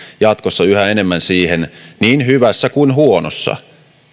jatkossa yhä enemmän siihen niin hyvässä kuin huonossakin